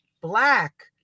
Black